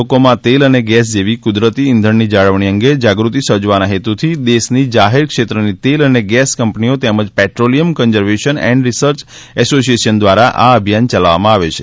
લોકોમાં તેલ અને ગેસ જેવા ક્રદરતી ઇંધણની જાળવણી અંગે જાગૃતિ સર્જવાના હેતુથી દેશની જાહેર ક્ષેત્રની તેલ અને ગેસ કંપનીઓ તેમજ petroleum conservation and research association દ્વારા આ અભિયાન ચલાવવામાં આવે છે